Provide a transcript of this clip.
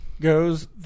goes